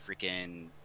freaking